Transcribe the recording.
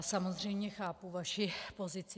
Samozřejmě chápu vaši pozici.